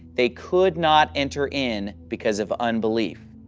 they could not enter in because of unbelief.